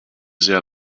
sehr